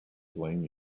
blame